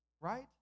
right